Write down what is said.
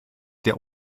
der